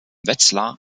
wetzlar